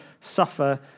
suffer